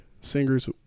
singers